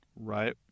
right